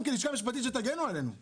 במקום להתחשב בעלויות הייצור בכלל הרפתות,